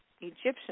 Egyptian